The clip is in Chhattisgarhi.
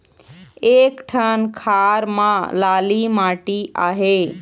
एक ठन खार म लाली माटी आहे?